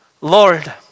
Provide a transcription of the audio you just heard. Lord